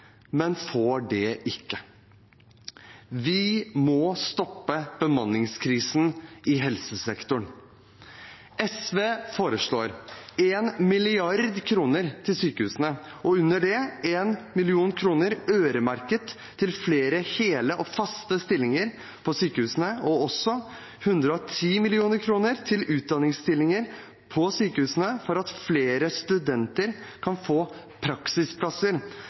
men får det ikke. Vi må stoppe bemanningskrisen i helsesektoren. SV foreslår 1 mrd. kr til sykehusene 100 mill. kr øremerket flere hele og faste stillinger på sykehusene 110 mill. kr til utdanningsstillinger på sykehusene for at flere studenter kan få praksisplasser